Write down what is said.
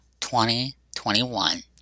2021